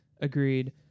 agreed